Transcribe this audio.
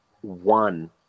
one